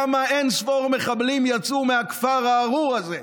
ומכיר היטב כמה אין-ספור מחבלים יצאו מהכפר הארור הזה,